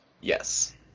Yes